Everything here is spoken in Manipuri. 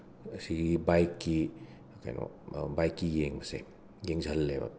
ꯁꯤꯒꯤ ꯕꯥꯏꯛꯀꯤ ꯀꯩꯅꯣ ꯕꯥꯏꯛꯀꯤ ꯌꯦꯡꯕꯁꯦ ꯌꯦꯡꯓꯜꯂꯦꯕ